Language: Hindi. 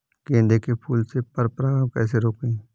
गेंदे के फूल से पर परागण कैसे रोकें?